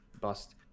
bust